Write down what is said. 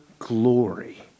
glory